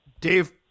Dave